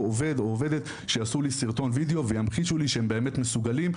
עובד או עובדת שיעשו לי סרטון וידאו וימחישו לי שהם באמת מסוגלים.